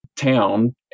town